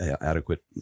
adequate